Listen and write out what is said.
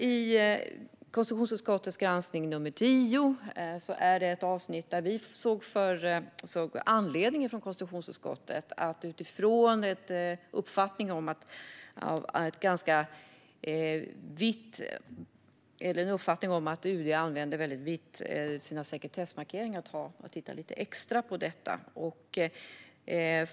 I konstitutionsutskottets betänkande 10 finns det ett avsnitt som vi från utskottet såg anledning att titta lite extra på utifrån uppfattningen om att UD ganska vidlyftigt använder sina sekretessmarkeringar.